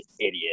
idiot